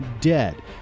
Dead